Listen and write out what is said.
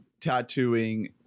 tattooing